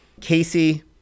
Casey